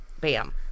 bam